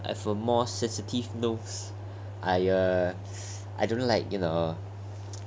I have a more sensitive nose I uh I don't know like it uh